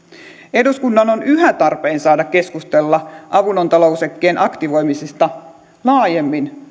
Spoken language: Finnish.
eduskunnan on yhä tarpeen saada keskustella avunantolausekkeen aktivoimisesta laajemmin